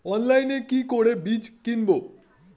অনলাইনে কি করে বীজ কিনব?